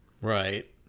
Right